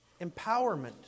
empowerment